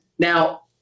Now